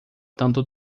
tanto